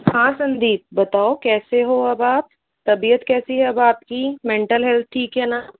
हाँ संदीप बताओ कैसे हो अब आप तबीयत कैसी है अब आपकी मेंटल हेल्थ ठीक है ना